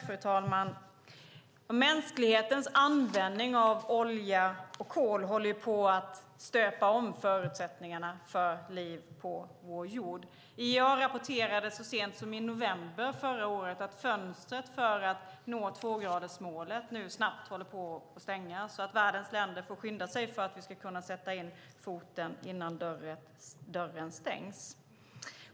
Fru talman! Mänsklighetens användning av olja och kol håller på att stöpa om förutsättningarna för liv på vår jord. IEA rapporterade så sent som i november förra året att fönstret för att nå tvågradersmålet nu snabbt håller på att stängas och att världens länder får skynda sig för att vi ska kunna sätta in foten innan dörren stängs.